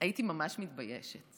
הייתי ממש מתביישת,